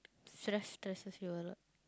stress stresses you a lot